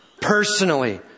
personally